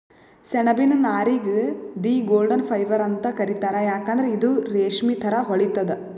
ಸೆಣಬಿನ್ ನಾರಿಗ್ the golden fibre ಅಂತ್ ಕರಿತಾರ್ ಯಾಕಂದ್ರ್ ಇದು ರೇಶ್ಮಿ ಥರಾ ಹೊಳಿತದ್